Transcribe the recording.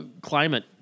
climate